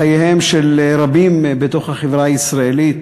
בחייהם של רבים בחברה הישראלית,